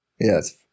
Yes